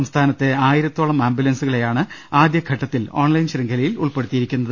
സംസ്ഥാനത്തെ ആയിരത്തോളം ആംബുലൻസുക ളെയാണ് ആദ്യഘട്ടത്തിൽ ഓൺലൈൻ ശൃംഖലയിൽ ഉൾപ്പെടുത്തിയിരി ക്കുന്നത്